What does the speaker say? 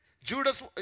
Judas